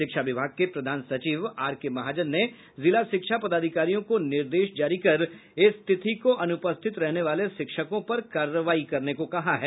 शिक्षा विभाग के प्रधान सचिव आरके महाजन ने जिला शिक्षा पदाधिकारियों को निर्देश जारी कर इस तिथि को अनुपस्थित रहने वाले शिक्षकों पर कार्रवाई करने को कहा है